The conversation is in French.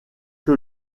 que